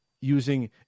using